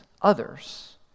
others